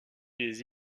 des